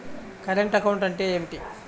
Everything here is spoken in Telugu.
కరెంటు అకౌంట్ అంటే ఏమిటి?